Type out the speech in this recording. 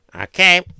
Okay